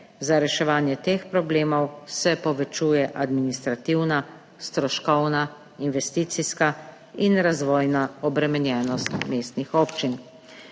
Za reševanje teh problemov se povečuje administrativna, stroškovna, investicijska in razvojna obremenjenost mestnih občin.